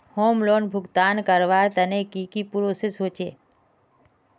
Home loan भुगतान करवार तने की की प्रोसेस होचे?